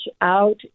out